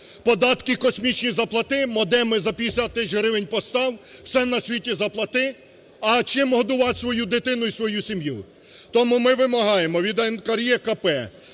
Податки космічні заплати, модеми за 50 тисяч гривень постав, все на світі заплати, а чим годувати свою дитину і свою сім'ю? Тому ми вимагаємо від НКРЕКП